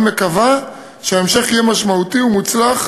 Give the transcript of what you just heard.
אני מקווה שההמשך יהיה משמעותי ומוצלח